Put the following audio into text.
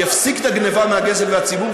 שיפסיק את הגנבה והגזל מהציבור,